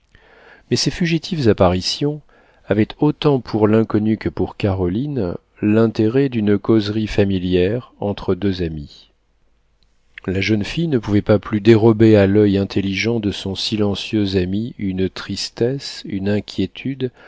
mais ces fugitives apparitions avaient autant pour l'inconnu que pour caroline l'intérêt d'une causerie familière entre deux amis la jeune fille ne pouvait pas plus dérober à l'oeil intelligent de son silencieux ami une tristesse une inquiétude